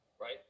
right